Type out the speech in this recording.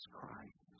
Christ